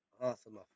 awesome